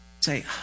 Say